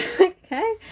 Okay